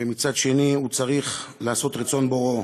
ומצד אחר הוא צריך לעשות רצון בוראו.